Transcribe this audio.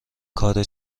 کار